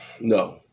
No